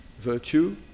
Virtue